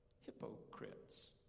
hypocrites